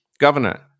governor